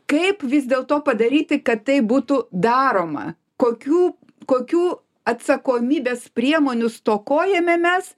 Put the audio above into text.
kaip vis dėl to padaryti kad tai būtų daroma kokių kokių atsakomybės priemonių stokojame mes